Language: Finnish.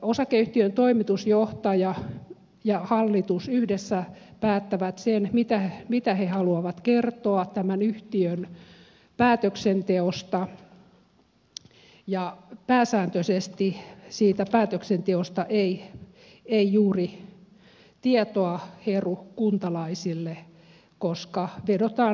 osakeyhtiön toimitusjohtaja ja hallitus yhdessä päättävät sen mitä he haluavat kertoa tämän yhtiön päätöksenteosta ja pääsääntöisesti siitä päätöksenteosta ei juuri tietoa heru kuntalaisille koska vedotaan liikesalaisuuksiin